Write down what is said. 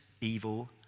evil